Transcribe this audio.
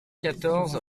quatorze